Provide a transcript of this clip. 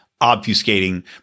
obfuscating